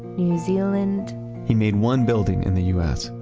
new zealand he made one building in the u s.